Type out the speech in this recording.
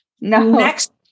Next